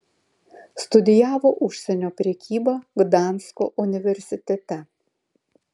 studijavo užsienio prekybą gdansko universitete